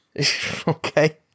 okay